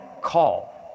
call